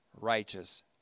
righteous